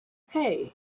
hey